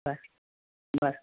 बर